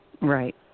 Right